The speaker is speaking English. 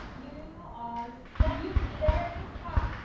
you are sexy! you very hot!